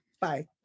Bye